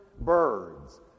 birds